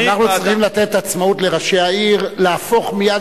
אנחנו צריכים לתת עצמאות לראשי העיר להפוך מייד